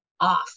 off